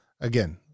again